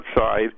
outside